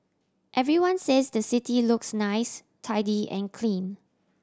everyone says the city looks nice tidy and clean